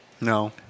No